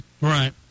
Right